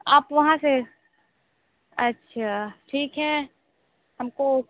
आप वहाँ से अच्छा ठीक है हमको